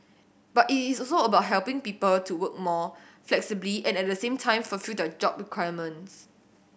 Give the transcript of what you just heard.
but it is also about helping people to work more flexibly and at the same time fulfil their job requirements